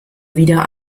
wieder